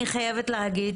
אני חייבת להגיד